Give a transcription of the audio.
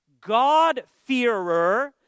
God-fearer